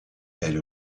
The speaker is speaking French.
elle